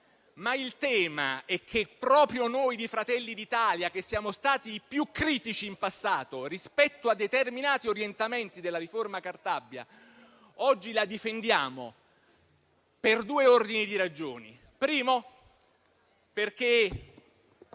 Il tema è che proprio noi di Fratelli d'Italia, che siamo stati i più critici in passato rispetto a determinati orientamenti della riforma Cartabia, oggi la difendiamo per due ordini di ragioni: in primo